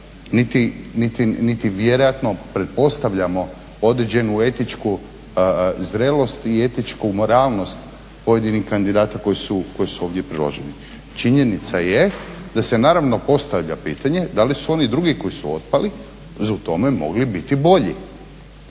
niti vjerojatno pretpostavljamo određenu etičku zrelost i etičku moralnost pojedinih kandidata koji su ovdje priloženi. Činjenica je da se naravno postavlja pitanje da li su oni drugi koji su otpali, da su u tome mogli biti bolji.